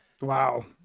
Wow